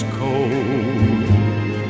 cold